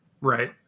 Right